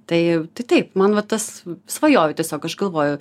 tai tai taip man va tas svajoju tiesiog aš galvoju